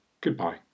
goodbye